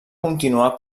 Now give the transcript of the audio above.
continuar